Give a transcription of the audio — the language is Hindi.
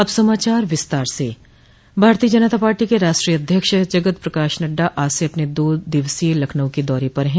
अब समाचार विस्तार से भारतोय जनता पार्टी के राष्ट्रीय अध्यक्ष जगत प्रकाश नड्डा आज से अपने दो दिवसीय लखनऊ के दौरे पर हैं